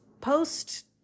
post